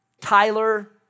Tyler